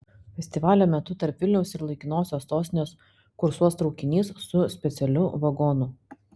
festivalio metu tarp vilniaus ir laikinosios sostinės kursuos traukinys su specialiu vagonu